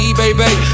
baby